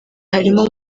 harimo